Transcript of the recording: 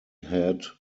had